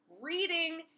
reading